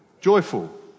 Joyful